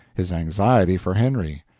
his anxiety for henry,